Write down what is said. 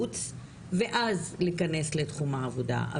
נחוץ ואז להיכנס לתחום העבודה.